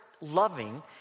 loving